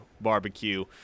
Barbecue